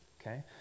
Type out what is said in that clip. okay